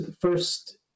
first